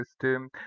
system